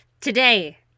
Today